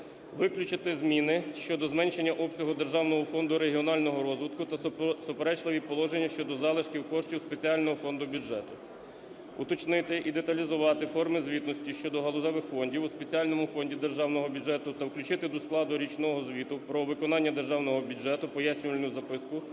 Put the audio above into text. виключити зміни щодо зменшення обсягу Державного фонду регіонального розвитку та суперечливі положення щодо залишків коштів спеціального фонду бюджету; уточнити і деталізувати форми звітності щодо галузевих фондів у спеціальному фонді Державного бюджету та включити до складу річного звіту про виконання державного бюджету пояснювальну записку